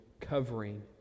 covering